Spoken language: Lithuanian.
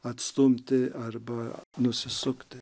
atstumti arba nusisukti